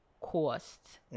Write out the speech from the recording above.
costs